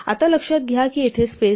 आता लक्षात घ्या की इथे स्पेस नाही